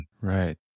Right